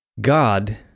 God